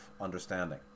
understanding